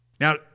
Now